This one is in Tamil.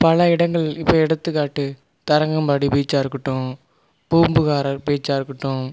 பல இடங்கள் இப்போ எடுத்துக்காட்டு தரங்கம்பாடி பீச்சாக இருக்கட்டும் பூம்புகார் பீச்சாக இருக்கட்டும்